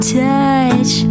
touch